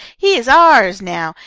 he is ours now,